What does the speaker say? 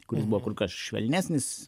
kuris buvo kur kas švelnesnis